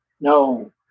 No